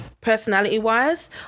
personality-wise